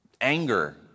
anger